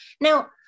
Now